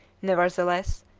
nevertheless,